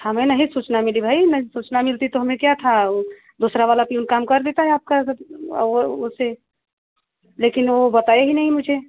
हमें नहीं सूचना मिली भाई सूचना मिलती तो हमें क्या था दूसरा वाला पियून कामकर देता आपका और उसे लेकिन वो बताया ही नहीं मुझे